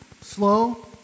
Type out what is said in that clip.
slow